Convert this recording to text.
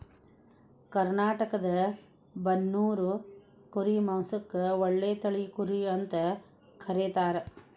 ಕರ್ನಾಟಕದ ಬನ್ನೂರು ಕುರಿ ಮಾಂಸಕ್ಕ ಒಳ್ಳೆ ತಳಿ ಕುರಿ ಅಂತ ಕರೇತಾರ